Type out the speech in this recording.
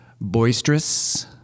boisterous